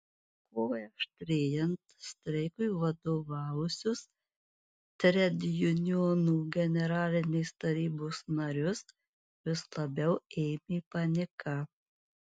kovai aštrėjant streikui vadovavusius tredjunionų generalinės tarybos narius vis labiau ėmė panika